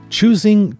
Choosing